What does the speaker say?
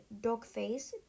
Dogface